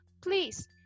please